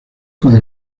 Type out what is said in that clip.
con